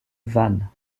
vannes